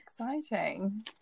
exciting